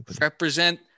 Represent